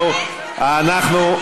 אדוני,